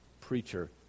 preacher